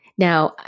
Now